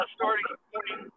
starting